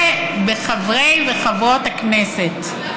ובחברי וחברות הכנסת,